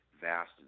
vast